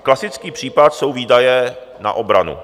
Klasický případ jsou výdaje na obranu.